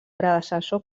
predecessor